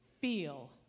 feel